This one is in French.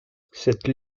cette